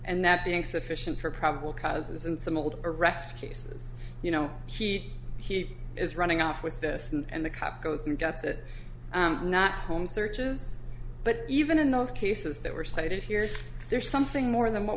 and that being sufficient for probable causes and some old arrest cases you know she he is running off with this and the cop goes and gets it not home searches but even in those cases that were cited here there's something more than what